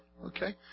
Okay